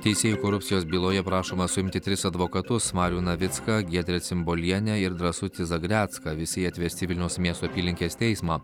teisėjų korupcijos byloje prašoma suimti tris advokatus marių navicką giedrę cimbolienę ir drąsutį zagrecką visi jie atvesti į vilniaus miesto apylinkės teismą